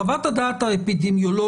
חוות הדעת האפידמיולוגית